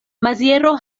maziero